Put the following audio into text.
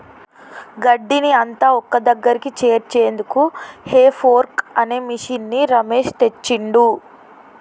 గడ్డిని అంత ఒక్కదగ్గరికి చేర్చేందుకు హే ఫోర్క్ అనే మిషిన్ని రమేష్ తెచ్చిండు